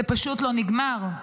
זה פשוט לא נגמר.